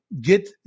get